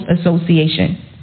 association